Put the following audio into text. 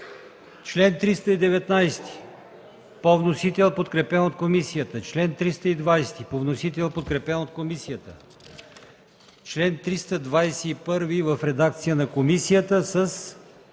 чл. 319 по вносител, подкрепен от комисията, чл. 320 по вносител, подкрепен от комисията, чл. 321 в редакция на комисията с